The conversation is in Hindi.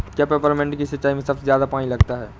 क्या पेपरमिंट की सिंचाई में सबसे ज्यादा पानी लगता है?